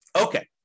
Okay